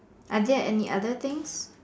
are there any other things